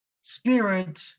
Spirit